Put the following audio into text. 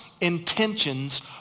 intentions